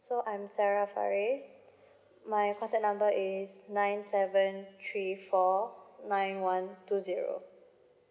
so I'm sarah fariz my contact number is nine seven three four nine one two zero